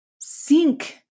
sink